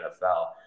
NFL